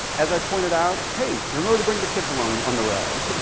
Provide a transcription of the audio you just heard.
as i pointed out, hey, remember to bring the kids along on the ride.